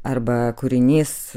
arba kūrinys